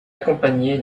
accompagné